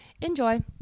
enjoy